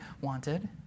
wanted